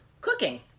Cooking